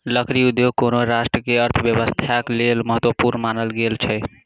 लकड़ी उद्योग कोनो राष्ट्र के अर्थव्यवस्थाक लेल महत्वपूर्ण मानल गेल अछि